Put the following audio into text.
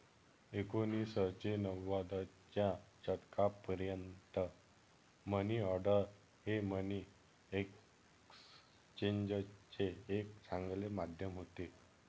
एकोणीसशे नव्वदच्या दशकापर्यंत मनी ऑर्डर हे मनी एक्सचेंजचे एक चांगले माध्यम होते